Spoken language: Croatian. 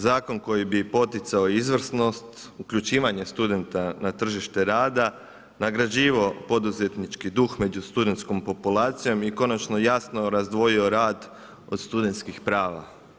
Zakon koji bi poticao izvrsnost uključivanje studenta na tržište rada, nagrađivao poduzetnički duh među studenskom populacijom i konačno jasno razdvojio rad od studenskih prava.